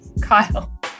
Kyle